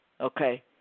Okay